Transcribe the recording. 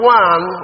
one